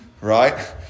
right